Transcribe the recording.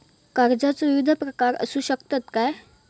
कर्जाचो विविध प्रकार असु शकतत काय?